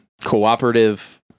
cooperative